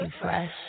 fresh